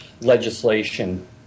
legislation